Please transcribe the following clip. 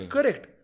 Correct